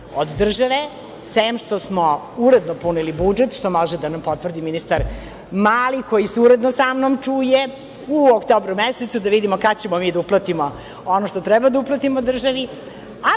od države, sem što smo uredno punili budžet, što može da nam potvrdi ministar Mali, koji se uredno sa mnom čuje u oktobru mesecu da vidimo kad ćemo mi da uplatimo ono što treba da uplatimo državi. Moram